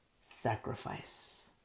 Sacrifice